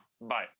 bye